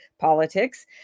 politics